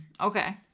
okay